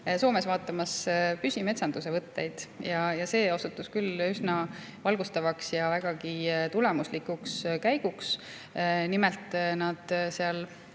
Soomes vaatamas püsimetsanduse võtteid. See osutus üsna valgustavaks ja vägagi tulemuslikuks käiguks. Nimelt, Soomes